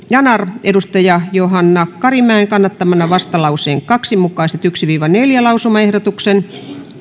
yanar johanna karimäen kannattamana vastalauseen kaksi mukaiset ensimmäisen viiva neljännen lausumaehdotuksen